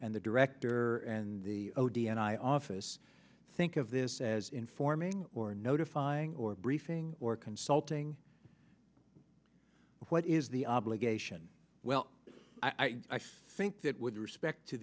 and the director and the d n i office think of this says informing or notifying or briefing or consulting what is the obligation well i think that would respect to